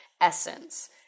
essence